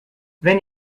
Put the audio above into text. wenn